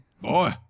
Boy